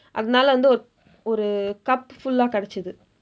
அதனால ஒரு:athanaala oru cup fulla கிடைச்சிது:kidaichsithu